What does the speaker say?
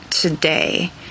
today